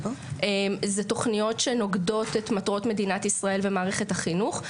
זה תוכניות שנוגדות את מטרות מדינת ישראל ומערכת החינוך.